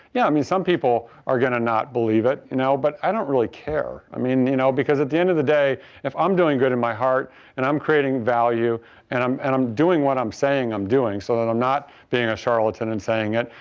yeah i mean some people are going to not believe it, you know but i don't really care. i mean you know because at the end of the day if i am doing good in my heart and i am creating value and um and i am doing what i am saying i am doing so that i am not being a charlatan and saying it.